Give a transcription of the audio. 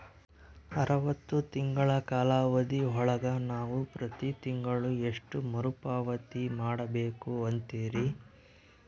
ಅರವತ್ತು ತಿಂಗಳ ಕಾಲಾವಧಿ ಒಳಗ ನಾವು ಪ್ರತಿ ತಿಂಗಳು ಎಷ್ಟು ಮರುಪಾವತಿ ಮಾಡಬೇಕು ಅಂತೇರಿ?